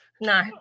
No